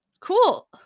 cool